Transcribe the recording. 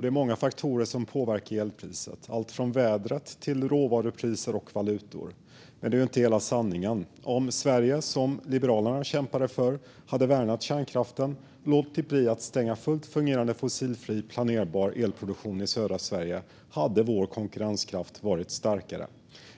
Det är många faktorer som påverkar elpriset, allt från vädret till råvarupriser och valutor. Men detta är inte hela sanningen. Om Sverige, som Liberalerna kämpade för, hade värnat kärnkraften och låtit bli att stänga fullt fungerande fossilfri, planerbar elproduktion i södra Sverige hade vår konkurrenskraft varit starkare.